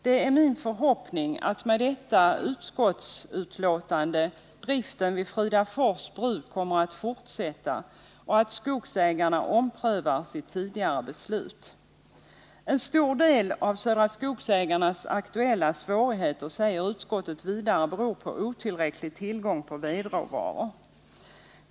Det är min förhoppning att med detta utskottsbetänkande driften vid Fridafors Bruk kommer att få fortsätta och att Skogsägarna omprövar sitt tidigare beslut. En stor del av Södra Skogsägarnas aktuella svårigheter, säger utskottet vidare, beror på otillräcklig tillgång på vedråvaror.